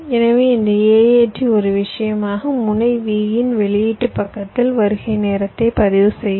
எனவே இந்த AAT ஒரு விஷயமாக முனை v இன் வெளியீட்டு பக்கத்தில் வருகை நேரத்தை பதிவு செய்யும்